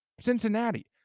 Cincinnati